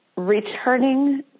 returning